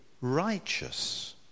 righteous